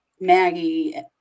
Maggie